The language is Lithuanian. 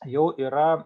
jau yra